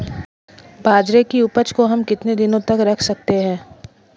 बाजरे की उपज को हम कितने दिनों तक रख सकते हैं?